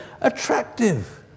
attractive